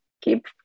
keep